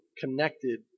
connected